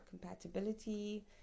compatibility